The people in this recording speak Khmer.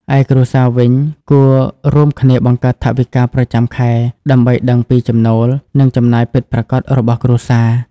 ឯគ្រួសារវិញគួររួមគ្នាបង្កើតថវិកាប្រចាំខែ ដើម្បីដឹងពីចំណូល និងចំណាយពិតប្រាកដរបស់គ្រួសារ។